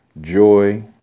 joy